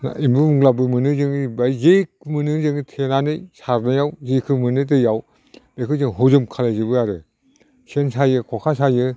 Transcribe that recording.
एम्बु बंलाबो मोनो जोङो बेवहाय जेखौ मोनो जों थेनानै सारनायाव जेखौ मोनो दैआव बेखौ जों हजम खालामजोबो आरो सेन सायो खखा सायो